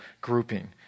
grouping